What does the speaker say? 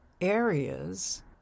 areas